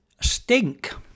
Stink